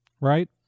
right